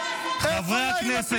תפריעו.